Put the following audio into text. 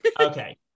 Okay